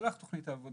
"תשלח תוכנית העבודה".